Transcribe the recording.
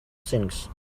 things